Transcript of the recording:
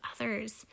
others